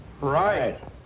Right